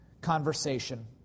conversation